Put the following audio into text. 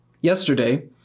Yesterday